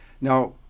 Now